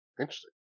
interesting